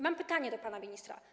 Mam pytanie do pana ministra.